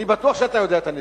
אני בטוח שאתה יודע את הנתונים.